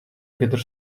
gather